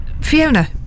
fiona